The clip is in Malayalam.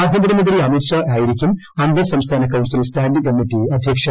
ആഭ്യന്തരമന്ത്രി അമിത് ഷാ ആയിരിക്കും അന്തർ സംസ്ഥാന കൌൺസിൽ സ്റ്റാൻഡിംഗ് കമ്മിറ്റി അധ്യക്ഷൻ